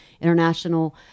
international